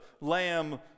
lamb